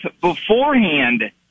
beforehand